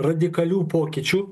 radikalių pokyčių